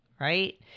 right